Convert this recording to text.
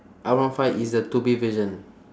R one five is the two B version